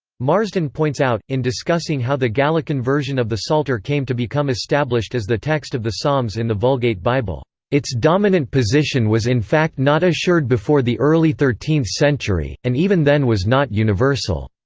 marsden points out, in discussing how the gallican version of the psalter came to become established as the text of the psalms in the vulgate bible its dominant position was in fact not assured before the early thirteenth century, and even then was not universal.